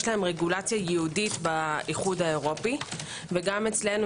יש להם רגולציה ייעודית באיחוד האירופאית וגם אצלנו